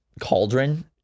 cauldron